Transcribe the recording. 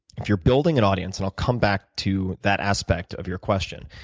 if you're building an audience, and i'll come back to that aspect of your question,